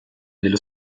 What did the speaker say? dello